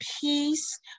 peace